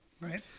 Right